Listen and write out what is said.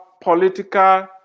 political